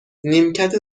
نیمکت